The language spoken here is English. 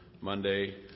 Monday